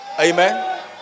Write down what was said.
Amen